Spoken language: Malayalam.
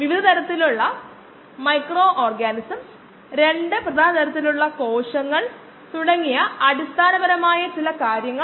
വിഷവസ്തു കുറയ്ക്കുന്നതിലൂടെയും ഇടത്തരം പുനർ ക്രമീകരണത്തിലൂടെയും കോശങ്ങളുടെ വിളവ് വർദ്ധിപ്പിക്കുകയാണ് ലക്ഷ്യം